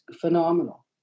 phenomenal